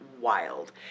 wild